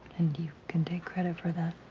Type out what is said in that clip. and you can take credit for that.